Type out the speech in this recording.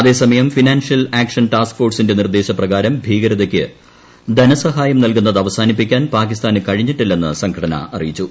അതേസ മയം financial action task ഫ്ഫോഴ്സിന്റെ നിർദ്ദേശ പ്രകാരം ഭീകരതയ്ക്ക് ധനസഹായം നൽക്കൂന്നത് അവസാനിപ്പിക്കാൻ പാക്കിസ്ഥാന് കഴിഞ്ഞിട്ടില്ലെന്ന് സംഘടന അറിയിച്ചു